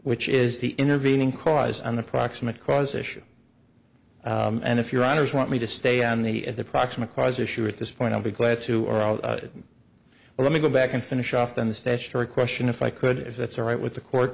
which is the intervening cause on the proximate cause issue and if your honour's want me to stay on the at the proximate cause issue at this point i'll be glad to or oh well let me go back and finish off than the statutory question if i could if that's all right with the court